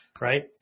right